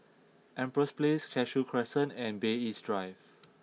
Empress Place Cashew Crescent and Bay East Drive